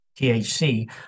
THC